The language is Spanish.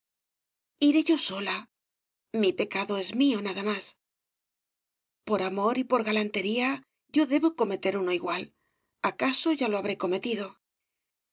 iré yo sola mi pecado es mío nada más por amor y por galantería yo debo cometer uno igual i acaso ya lo habré cometido